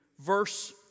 verse